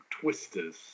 twisters